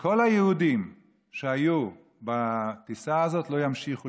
שכל היהודים שהיו בטיסה הזאת לא ימשיכו